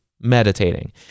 meditating